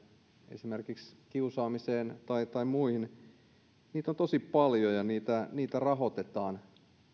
esimerkiksi kiusaamiseen tai tai muihin on tosi paljon ja niitä rahoitetaan